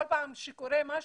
כל פעם שקורה משהו,